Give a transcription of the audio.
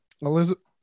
Elizabeth